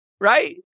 right